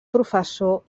professor